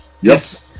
Yes